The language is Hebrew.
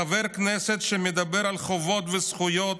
חבר כנסת שמדבר על חובות וזכויות,